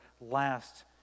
last